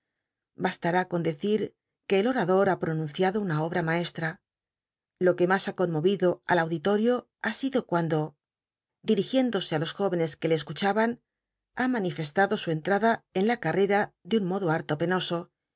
bastará con decir que el otador ha pronunciado una obra maeslta lo que mas ha conmorido al audi torio ha sido cuando dirigiéndose á los jó enes que le escuchaban h t man ifestado su entrada en la carrera de un modo harto penoso